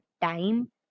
time